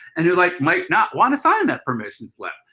and who like might not want to sign that permission slip,